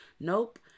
Nope